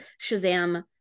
Shazam